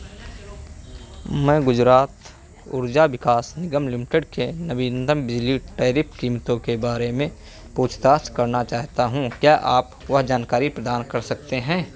मैं गुजरात ऊर्जा विकास निगम लिमिटेड के नवीनतम बिजली टैरिफ कीमतों के बारे में पूछताछ करना चाहता हूँ क्या आप वह जानकारी प्रदान कर सकते हैं